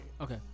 Okay